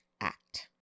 Act